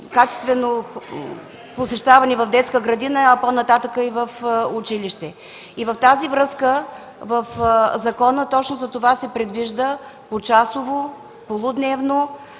качествено посещаване в детска градина, а по-нататък и в училище. Във връзка с това в закона точно затова се предвижда почасово, полудневно